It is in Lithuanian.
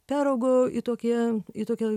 peraugo į tokią į tokią